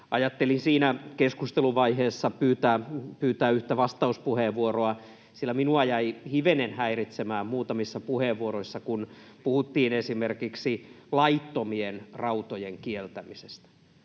Ajattelin siinä keskusteluvaiheessa pyytää yhtä vastauspuheenvuoroa, sillä minua jäi hivenen häiritsemään, kun muutamissa puheenvuoroissa puhuttiin esimerkiksi laittomien rautojen kieltämisestä.